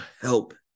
help